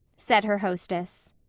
said her hostess.